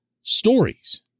stories